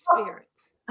spirits